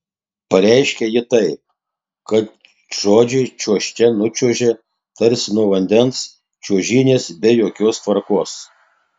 pareiškia ji taip kad žodžiai čiuožte nučiuožia tarsi nuo vandens čiuožynės be jokios tvarkos